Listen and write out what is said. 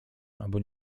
albo